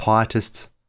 pietists